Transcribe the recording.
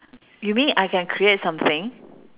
you mean I can create something